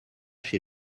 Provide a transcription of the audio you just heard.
chez